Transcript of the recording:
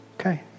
Okay